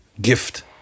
gift